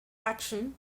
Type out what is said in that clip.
action